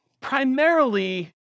primarily